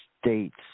States